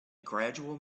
gradual